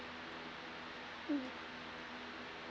mm